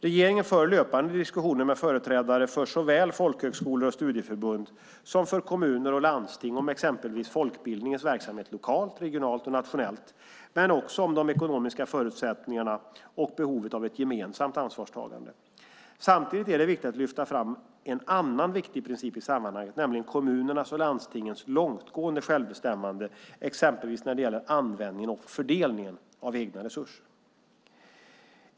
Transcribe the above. Regeringen för löpande diskussioner med företrädare för såväl folkhögskolor och studieförbund som kommuner och landsting om exempelvis folkbildningens verksamhet lokalt, regionalt och nationellt men också om de ekonomiska förutsättningarna och behovet av ett gemensamt ansvarstagande. Samtidigt är det viktigt att lyfta fram en annan viktig princip i sammanhanget, nämligen kommunernas och landstingens långtgående självbestämmande exempelvis när det gäller användningen och fördelningen av egna resurser.